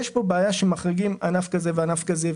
יש פה בעיה בכך שמחריגים ענף כזה וענף כזה,